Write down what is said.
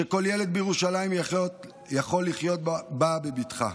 שכל ילד בירושלים יוכל לחיות בה בבטחה,